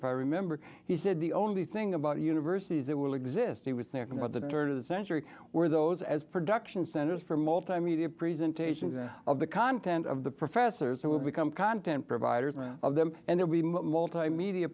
if i remember he said the only thing about universities that will exist he was thinking about the turn of the century were those as production centers for multimedia presentations and of the content of the professors who will become content providers of them and they'll be multimedia